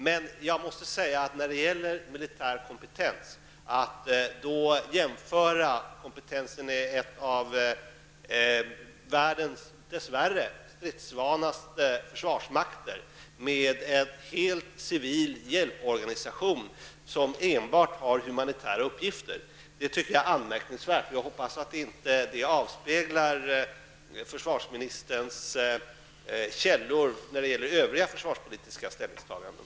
Men att när det gäller militär kompetens jämföra ett av världens dess värre mest stridsvana försvarsmakter med en helt civil hjälporganisation som enbart har humanitära uppgifter tycker jag är anmärkningsvärt. Jag hoppas att detta inte avspeglar försvarsministerns källor när det gäller övriga försvarspolitiska ställningstaganden.